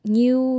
new